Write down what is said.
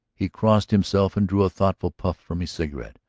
he crossed himself and drew a thoughtful puff from his cigarette.